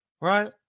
right